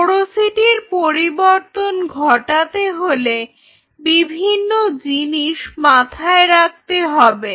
পোরোসিটির পরিবর্তন ঘটাতে হলে বিভিন্ন জিনিস মাথায় রাখতে হবে